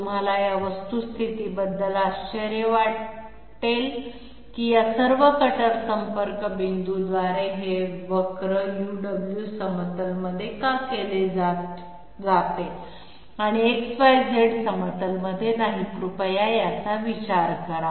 तुम्हाला या वस्तुस्थितीबद्दल आश्चर्य वाटेल की या सर्व कटर संपर्क बिंदूंद्वारे हे वक्र uw समतलमध्ये का केले जाते आणि XYZ समतलमध्ये नाही कृपया याचा विचार करा